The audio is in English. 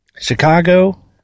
Chicago